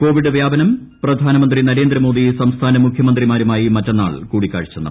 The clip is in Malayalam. കോവിഡ് വ്യാപനം പ്രധാനമന്ത്രി നരേന്ദ്രമോദി സംസ്ഥാന മുഖൃമന്ത്രിമാരുമായി മറ്റെന്നാൾ കൂടിക്കാഴ്ച നടത്തും